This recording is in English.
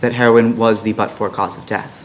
that heroin was the but for cause of death